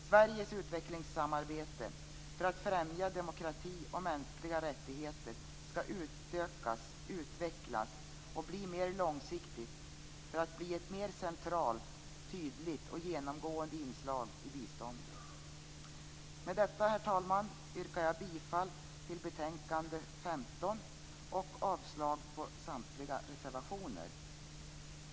Sveriges utvecklingssamarbete för att främja demokrati och mänskliga rättigheter skall utökas, utvecklas och bli mer långsiktigt för att bli ett centralt, tydligt och genomgående inslag i biståndet. Herr talman! Med detta yrkar jag bifall till hemställan i betänkande 15 och avslag på samtliga reservationer.